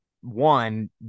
one